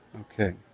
Okay